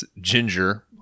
Ginger